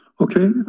Okay